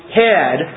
head